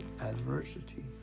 adversity